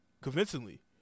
convincingly